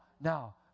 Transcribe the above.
now